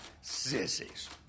sissies